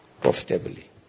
profitably